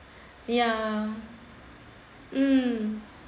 ya mm